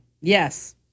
Yes